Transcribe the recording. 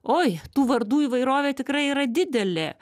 oi tų vardų įvairovė tikrai yra didelė